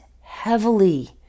heavily